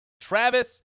Travis